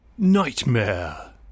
Nightmare